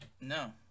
No